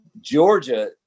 Georgia